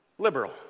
liberal